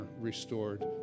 restored